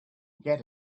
get